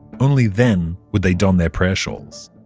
only then would they don their prayer shawls.